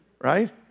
right